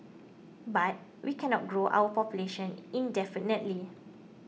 but we cannot grow our population indefinitely